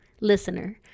listener